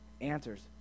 answers